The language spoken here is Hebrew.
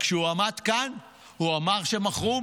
רק כשהוא עמד כאן הוא אמר שהם מכרו,